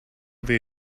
they